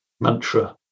mantra